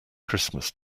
christmas